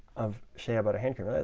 of shea butter hand cream.